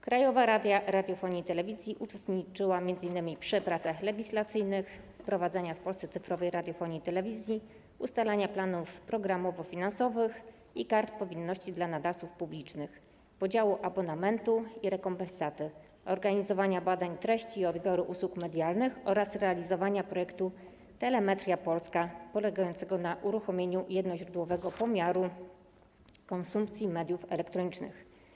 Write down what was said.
Krajowa Rada Radiofonii i Telewizji uczestniczyła m.in. w pracach legislacyjnych dotyczących wprowadzania w Polsce cyfrowej radiofonii i telewizji, ustalania planów programowo-finansowych i kart powinności dla nadawców publicznych, podziału wpływów z abonamentu i rekompensaty, organizowania badań treści i odbioru usług medialnych oraz realizowania projektu Telemetria Polska polegającego na uruchomieniu jednoźródłowego pomiaru konsumpcji mediów elektronicznych.